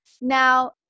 Now